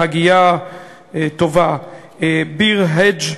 בהגייה טובה: ביר-הדאג',